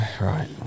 right